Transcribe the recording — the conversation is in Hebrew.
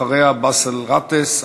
אחריה, באסל גטאס.